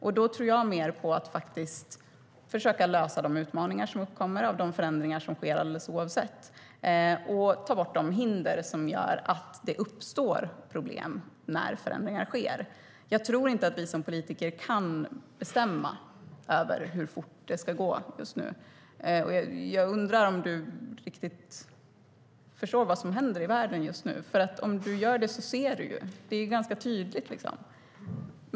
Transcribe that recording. Då tror jag mer på att faktiskt försöka lösa de utmaningar som uppkommer och de förändringar som sker antingen vi vill det eller ej och ta bort de hinder som gör att det uppstår problem när förändringar sker. Jag tror inte att vi som politiker kan bestämma hur fort det ska gå just nu. Jag undrar om du riktigt förstår vad som händer i världen just nu. Om du gjorde det skulle du se. Det är ju ganska tydligt.